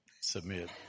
Submit